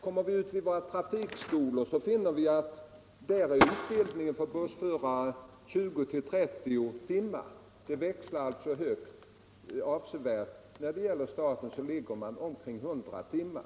Kommer vi ut till trafikskolorna, finner vi att utbildningen för bussförare där är 20-30 timmar. Utbildningens längd växlar alltså högst avsevärt. När det gäller staten ligger man vid omkring 100 timmar.